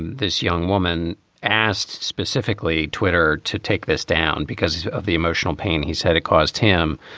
this young woman asked specifically twitter to take this down because of the emotional pain he's had it caused him.